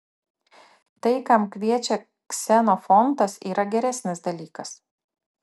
tai kam kviečia ksenofontas yra geresnis dalykas